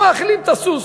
לא מאכילים את הסוס.